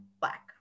black